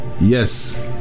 yes